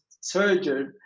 surgery